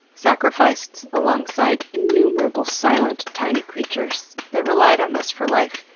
sacrificed alongside innumerable silent, tiny creatures that relied on us for life.